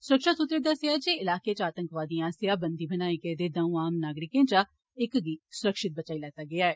सुरक्षा सूत्रें दस्सेया जे इलाके च आतंकवादियें आस्सेया बंदी बनाए गेदे दौंऊ आम नागरिकें चा इक गी सुरक्षित बचाई लैता गेदा ऐ